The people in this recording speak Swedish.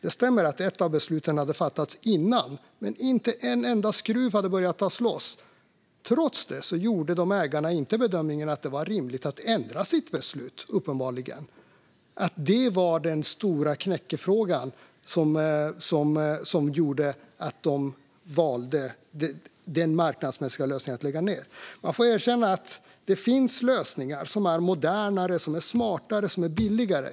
Det stämmer att ett av besluten hade fattats innan dess, men inte en enda skruv hade börjat tas loss. Trots det gjorde ägarna inte bedömningen att det var rimligt att ändra sitt beslut. Uppenbarligen var inte det den stora knäckfrågan som gjorde att de valde den marknadsmässiga lösningen att lägga ned. Man får erkänna att det finns lösningar som är modernare, smartare och billigare.